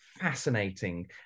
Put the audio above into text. fascinating